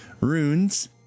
runes